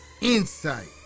insight